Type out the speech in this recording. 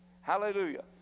hallelujah